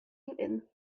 newton